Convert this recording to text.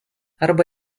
arba